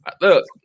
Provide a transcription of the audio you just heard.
look